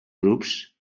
grups